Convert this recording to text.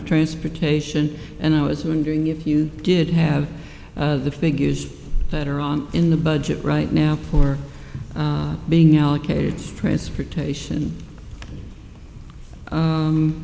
of transportation and i was wondering if you did have the figures that are on in the budget right now for being allocated for transportation